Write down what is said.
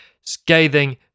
Scathing